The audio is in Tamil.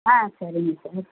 ஆ சரிங்க சார்